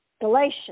Galatians